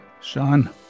sean